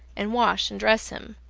and wash and dress him,